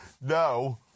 no